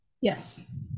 yes